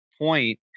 point